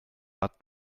hat